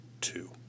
Two